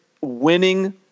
winning